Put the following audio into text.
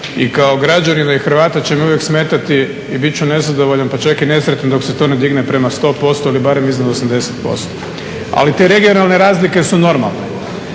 i kao građanina i Hrvata će me uvijek smetati i bit ću nezadovoljan, pa čak i nesretan dok se to ne digne prema 100% ili barem iznad 80%. Ali te regionalne razlike su normalne.